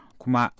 kuma